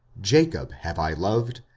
jacob have i loved,